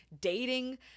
dating